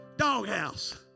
Doghouse